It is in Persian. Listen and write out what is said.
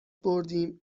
بردیم